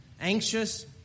anxious